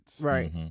Right